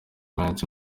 menshi